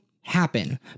happen